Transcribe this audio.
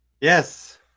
Yes